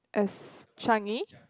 as Changi